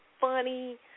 funny